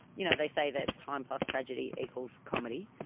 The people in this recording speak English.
you know, they say that time plus tragedy equals comedy.